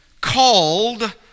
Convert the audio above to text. called